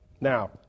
Now